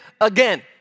again